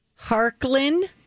Harklin